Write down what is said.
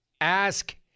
Ask